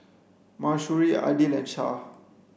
Mahsuri Aidil and Syah